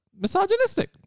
misogynistic